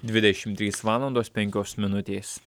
dvidešimt trys valandos penkios minutės